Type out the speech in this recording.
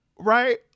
right